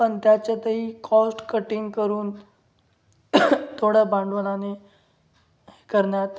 पण त्याच्यातही cost cutting करून थोडं भांडवलाने हे करण्यात